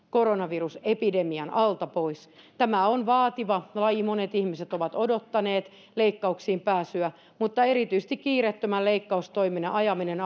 koronavirusepidemian alta pois tämä on vaativa laji monet ihmiset ovat odottaneet leikkauksiin pääsyä mutta erityisesti kiireettömän leikkaustoiminnan ajaminen